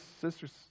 sisters